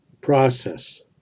process